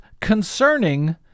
concerning